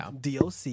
DOC